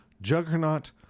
juggernaut